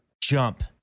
jump